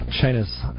China's